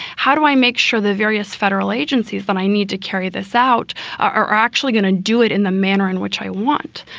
how do i make sure the various federal agencies that i need to carry this out are actually going to do it in the manner in which i want?